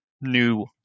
new